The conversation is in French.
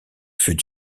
fut